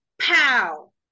pow